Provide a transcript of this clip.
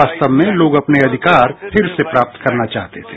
वास्तव में लोग अपने अधिकार फिर से प्राप्त करना चाहते थे